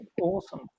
Awesome